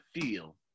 feel